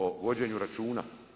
O vođenju računa.